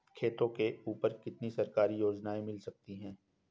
खेतों के ऊपर कितनी सरकारी योजनाएं मिल सकती हैं?